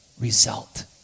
result